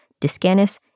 Discanus